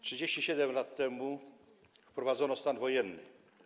37 lat temu wprowadzono stan wojenny.